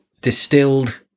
distilled